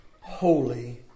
holy